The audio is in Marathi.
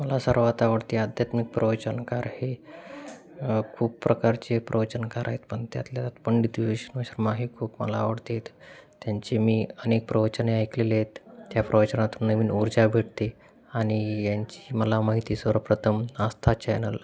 मला सर्वात आवडते आध्यात्मिक प्रवचनकार हे खूप प्रकारचे प्रवचनकार आहेत पण त्यातल्या त्यात पंडित विष्णु शर्मा हे खूप मला आवडत आहेत त्यांची मी अनेक प्रवचने ऐकलेले आहेत त्या प्रवचनातून नवीन ऊर्जा भेटते आणि यांची मला माहिती सर्वप्रथम आस्था चॅनल